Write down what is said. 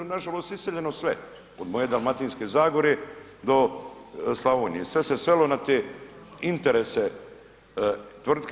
Nažalost iseljeno sve, od moje Dalmatinske zagore do Slavonije sve se svelo na te interese tvrtke.